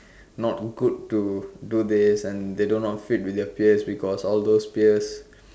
not good to do this and they do not fit with their peers because all those peers